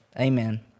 Amen